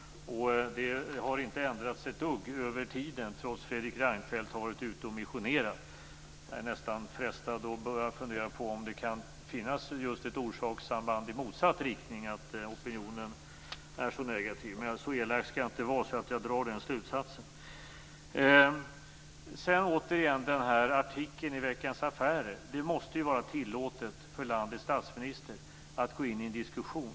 Det har inte ändrats ett dugg över tiden trots att Fredrik Reinfeldt har varit ute och missionerat. Jag är nästan frestad att fundera på om det kan finnas ett orsakssamband i motsatt riktning att opinionen är så negativ, men jag skall inte vara så elak att jag drar den slutsatsen. När det gäller den här artikeln i Veckans Affärer vill jag säga att det måste vara tillåtet för landets statsminister att gå in i en diskussion.